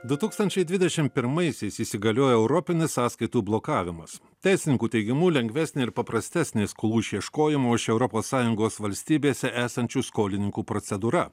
du tūkstančiai dvidešim pirmaisiais įsigaliojo europinis sąskaitų blokavimas teisininkų teigimu lengvesnė ir paprastesnė skolų išieškojimo iš europos sąjungos valstybėse esančių skolininkų procedūra